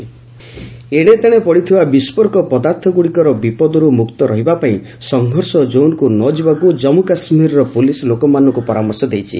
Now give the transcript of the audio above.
କେକେ advisory ଏଶେତେଣେ ପଡ଼ିଥିବା ବିସ୍କୋରକ ପଦାର୍ଥଗୁଡ଼ିକର ବିପଦରୁ ମୁକ୍ତ ରହିବାପାଇଁ ସଂଘର୍ଷ କୋନ୍କୁ ନ ଯିବାକୁ ଜମ୍ମୁ କାଶ୍ମୀର ପୁଲିସ୍ ଲୋକମାନଙ୍କୁ ପରାମର୍ଶ ଦେଇଛି